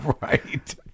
right